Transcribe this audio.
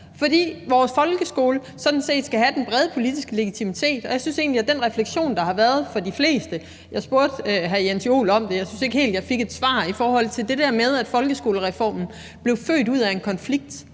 fordi vores folkeskole sådan set skal have den brede politiske legitimitet. Jeg synes egentlig, at med den refleksion, der har været fra de fleste – jeg spurgte hr. Jens Joel om det, og jeg synes ikke helt, jeg fik et svar – i forhold til det der med, at folkeskolereformen blev født ud af en konflikt,